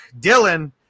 Dylan